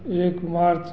एक मार्च